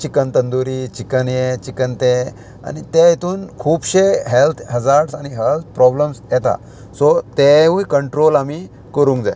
chicken tandoori chicken हे chicken ते आनी ते हितून खुबशे हॅल्थ हॅजार्डस आनी हॅल्थ प्रोब्लम्स येता सो तेवूय कंट्रोल आमी करूंक जाय